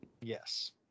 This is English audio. Yes